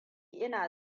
ina